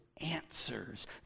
Answers